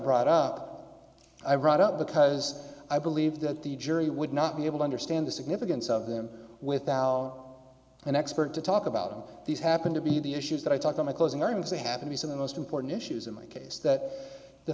brought up i brought up because i believe that the jury would not be able to understand the significance of them without an expert to talk about all these happen to be the issues that i talk to my closing arguments they happen because of the most important issues in my case that the